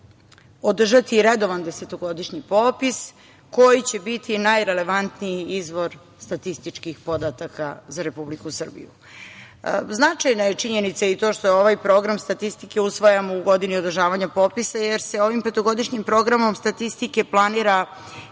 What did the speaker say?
održati redovan desetogodišnji popis, koji će biti najrelevantniji izvor statističkih podataka za Republiku Srbiju. Značajna je činjenica i to što ovaj program statistike usvajamo u godini održavanja popisa, jer se ovim petogodišnjim programom statistike planira izrada